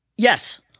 Yes